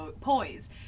poise